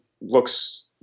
looks